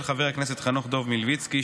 של חבר הכנסת חנוך דב מלביצקי,